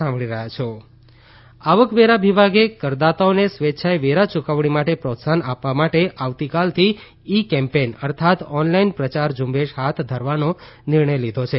આવકવેરો આવકવેરા વિભાગે કરદાતાઓને સ્વેચ્છાએ વેરા યૂકવણી માટે પ્રોત્સાહન આપવા માટે આવતીકાલથી ઈ કેમ્પેઈન અર્થાત ઓનલાઈન પ્રચાર ઝ્રંબેશ હાથ ધરવાનો નિર્ણય લીધો છે